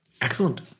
Excellent